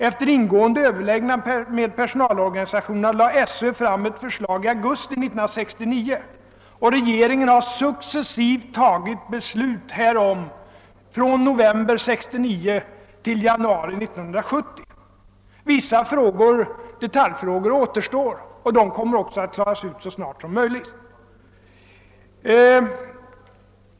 Efter ingående överläggningar med personalorganisationerna lade skolöverstyrelsen fram ett förslag i augusti 1969, och regeringen har successivt fattat beslut härom från november 1969 till januari 1970. Vissa detaljfrågor återstår, och de kommer också att lösas så snart som möjligt.